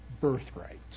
birthright